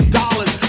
dollars